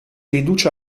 riduce